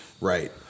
Right